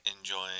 enjoying